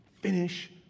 finish